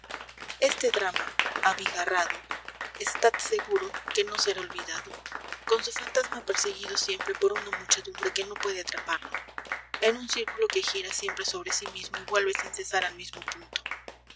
este drama abigarrado estad seguro que no será olvidado con su fantasma perseguido siempre por una muchedumbre que no puede atraparlo en un círculo que gira siempre sobre sí mismo y vuelve sin cesar al mismo punto